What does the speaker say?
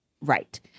right